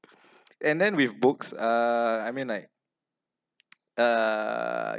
and then with books uh I mean like uh